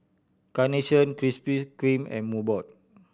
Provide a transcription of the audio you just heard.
Carnation Krispy Kreme and Mobot